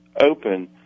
open